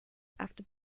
after